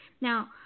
Now